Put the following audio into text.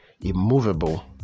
immovable